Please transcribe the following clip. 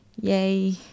Yay